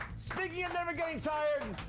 speaking of never getting tired,